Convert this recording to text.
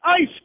ice